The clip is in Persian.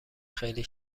خیلی